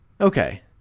Okay